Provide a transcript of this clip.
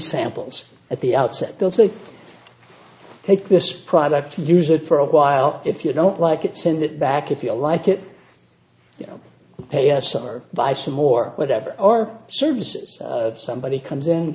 samples at the outset they also take this product use it for a while if you don't like it send it back if you like it you know pay us our buy some or whatever our services somebody comes in